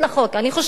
אני חושבת,